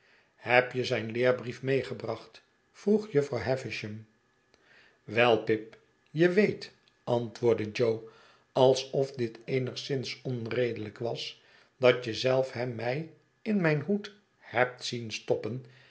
heb je zijn leerbrief meegebracht vroeg jufvrouw havisham wel pip je weet antwoordde jo alsof dit eenigszins onredelijk was dat je zelf hem mij in mijn hoed hebt zien stoppen